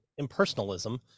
impersonalism